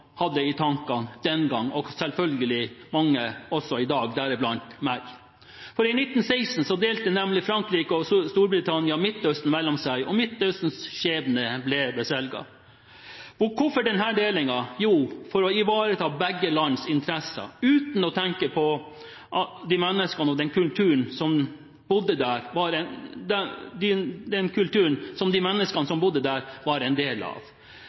hadde i tankene den gangen – og selvfølgelig mange også i dag, deriblant jeg. I 1916 delte nemlig Frankrike og Storbritannia Midtøsten mellom seg, og Midtøstens skjebne ble beseglet. Hvorfor denne delingen? Jo, for å ivareta begge lands interesser – uten å tenke på de menneskene og den kulturen de som bodde der, var en del av.